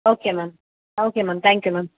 okay ma'am okay ma'am thank you ma'am